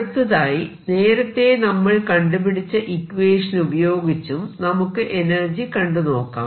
അടുത്തതായി നേരത്തെ നമ്മൾ കണ്ടുപിടിച്ച ഇക്വേഷൻ ഉപയോഗി ച്ചും നമുക്ക് എനർജി കണ്ടു നോക്കാം